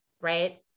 right